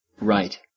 Right